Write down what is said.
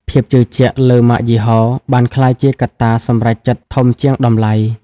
ភាពជឿជាក់លើ "ម៉ាកយីហោ" បានក្លាយជាកត្តាសម្រេចចិត្តធំជាងតម្លៃ។